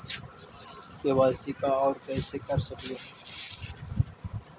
KYC का है, और कैसे कर सकली हे?